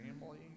family